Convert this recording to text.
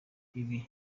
ibi